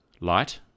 Light